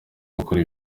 gukora